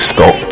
Stop